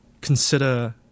consider